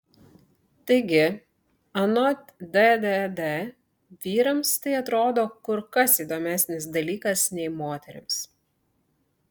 taigi anot ddd vyrams tai atrodo kur kas įdomesnis dalykas nei moterims